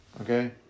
okay